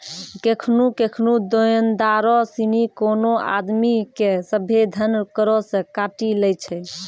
केखनु केखनु देनदारो सिनी कोनो आदमी के सभ्भे धन करो से काटी लै छै